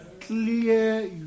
Clear